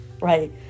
right